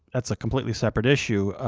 that's a completely separate issue.